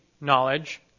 knowledge